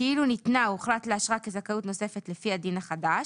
כאילו ניתנה או הוחלט לאשרה כזכאות נוספת לפי הדין החדש